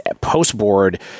post-board